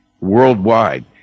worldwide